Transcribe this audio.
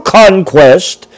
conquest